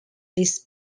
these